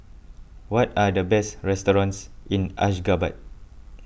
what are the best restaurants in Ashgabat